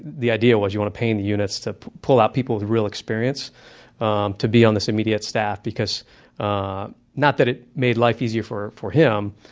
the idea was, you want to pay in the units to pull out people with real experience ah to be on this immediate staff. ah not that it made life easier for for him,